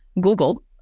Google